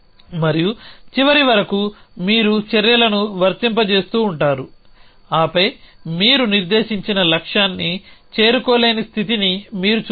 మరియు చివరి వరకు మీరు చర్యలను వర్తింపజేస్తూ ఉంటారు ఆపై మీరు నిర్దేశించిన లక్ష్యాన్ని చేరుకోలేని స్థితిని మీరు చూస్తారు